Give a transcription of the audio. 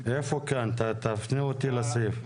תפנה אותי לסעיף.